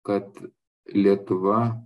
kad lietuva